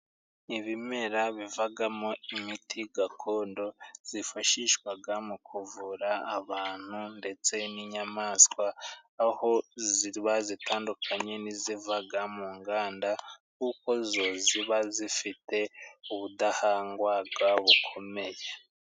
Ibimera bivagamo imiti gakondo zifashishwaga mu kuvura abantu ndetse n'inyamaswa, aho ziba zitandukanye n'izivaga mu nganda kuko zo ziba zifite ubudahangwarwa bukomeye.